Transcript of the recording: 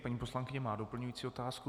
Paní poslankyně má doplňující otázku.